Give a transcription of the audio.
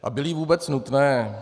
A byly vůbec nutné?